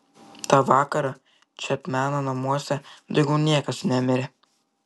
tą vakarą čepmeno namuose daugiau niekas nemirė